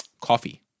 coffee